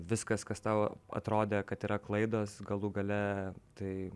viskas kas tau atrodė kad yra klaidos galų gale tai